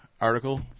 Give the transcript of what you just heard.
article